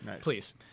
please